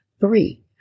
Three